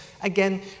again